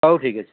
ହଉ ଠିକ୍ ଅଛି